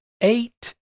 eight